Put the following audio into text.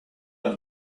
have